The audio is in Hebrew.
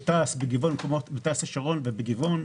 בתע"ש השרון ובגבעון,